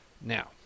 Now